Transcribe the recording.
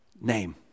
name